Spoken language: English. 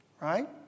Right